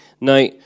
Now